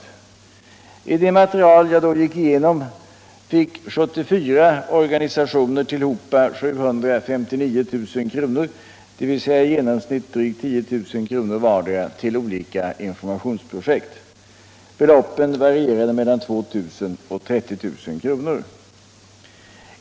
Enligt det material jag då gick igenom fick 74 organisationer tillhopa 759 000 kr., dvs. i genomsnitt drygt 10 000 kr. vardera till olika informationsprojekt. Beloppen varierade mellan 2000 och 30 000 kr.